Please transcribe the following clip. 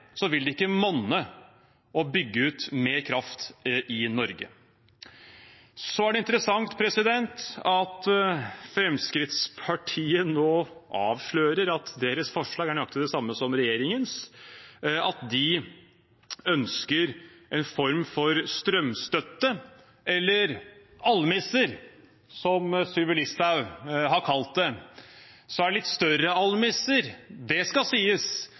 vil det ikke monne å bygge ut mer kraft i Norge. Det er interessant at Fremskrittspartiet nå avslører at deres forslag er nøyaktig det samme som regjeringens, og at de ønsker en form for strømstøtte – eller almisser, som Sylvi Listhaug har kalt det. Det er litt større almisser, det skal sies,